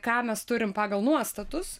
ką mes turim pagal nuostatus